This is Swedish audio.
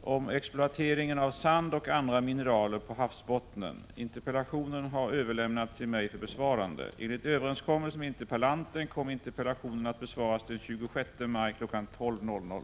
om exploateringen av sand och andra mineraler på havsbotten. Interpellationen har överlämnats till mig för besvarande. Enligt överenskommelse med interpellanten, som inte hade tillfälle att ta emot svaret i dag,